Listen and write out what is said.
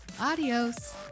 Adios